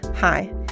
Hi